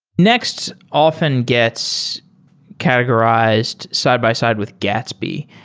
next often gets categorized side-by-side with gatsby.